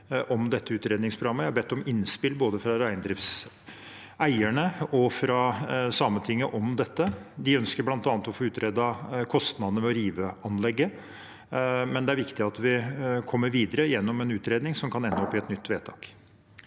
har bedt om innspill både fra reindriftseierne og fra Sametinget om dette. De ønsker bl.a. å få utredet kostnadene ved å rive anlegget. Det er viktig at vi kommer videre gjennom en utredning som kan ende opp i et nytt vedtak.